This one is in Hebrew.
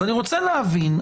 אז אני רוצה להבין,